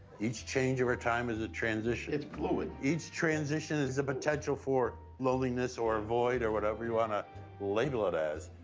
each change over time is a transition. it's fluid. each transition is a potential for loneliness or a void or whatever you wanna label it as.